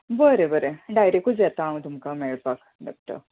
बरें बरें डायरेक्टूच येता हांव तुमका मेळपाक डॉक्टर